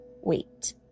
wait